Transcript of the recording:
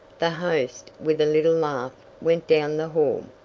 the host, with a little laugh, went down the hall.